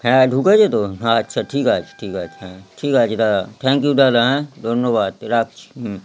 হ্যাঁ ঢুকেছে তো আচ্ছা ঠিক আছে ঠিক আছে হ্যাঁ ঠিক আছে দাদা থ্যাঙ্ক ইউ দাদা হ্যাঁ ধন্যবাদ রাখছি হুম